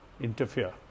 interfere